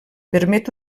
permet